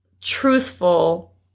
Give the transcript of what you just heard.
truthful